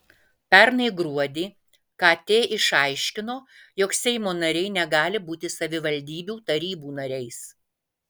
pernai gruodį kt išaiškino jog seimo nariai negali būti savivaldybių tarybų nariais